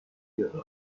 یورو